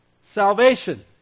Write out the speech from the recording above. salvation